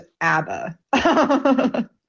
ABBA